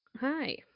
Hi